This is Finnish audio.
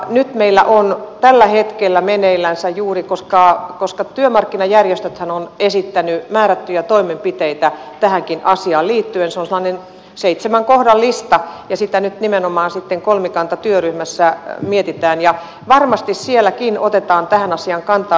nyt meillä on tällä hetkellä meneillänsä koska työmarkkinajärjestöthän ovat esittäneet määrättyjä toimenpiteitä tähänkin asiaan liittyen sellainen seitsemän kohdan lista ja sitä nyt nimenomaan kolmikantatyöryhmässä mietitään ja varmasti sielläkin otetaan tähän asiaan kantaa